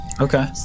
Okay